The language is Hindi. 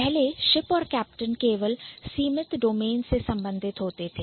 पहले Ship और Captain केवल सीमित डोमेन से संबंधित होते थे